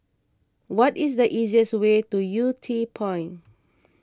what is the easiest way to Yew Tee Point